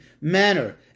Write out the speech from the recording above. manner